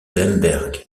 lemberg